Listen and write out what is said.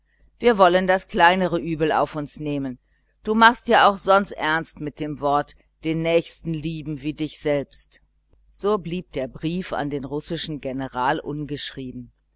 wir wollen das kleinere übel auf uns nehmen du machst ja auch sonst ernst mit dem wort den nächsten lieben wie dich selbst so blieb der brief an den russischen general ungeschrieben